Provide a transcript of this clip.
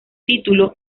título